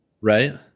Right